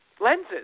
lenses